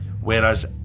Whereas